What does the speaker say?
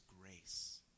grace